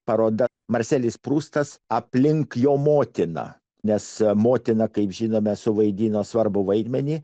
paroda marselis prustas aplink jo motiną nes motina kaip žinome suvaidino svarbų vaidmenį